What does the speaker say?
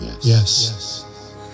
Yes